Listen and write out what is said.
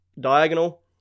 diagonal